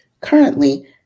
Currently